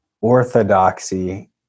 orthodoxy